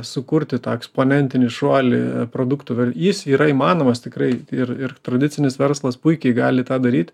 sukurti tą eksponentinį šuolį produktų jis yra įmanomas tikrai ir ir tradicinis verslas puikiai gali tą daryt